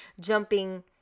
jumping